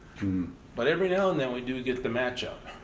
but every now and then we do get the match up.